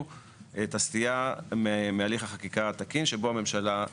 את הסטייה מהליך החקיקה התקין שבו הממשלה,